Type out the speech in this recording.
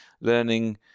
learning